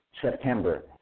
September